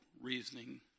reasoning